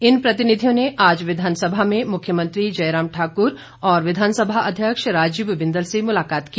इन प्रतिनिधियों ने आज विधानसभा में मुख्यमंत्री जयराम ठाकुर और विधानसभा अध्यक्ष राजीव बिंदल से मुलाकात की